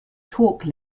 torque